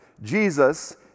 Jesus